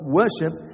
worship